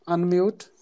Unmute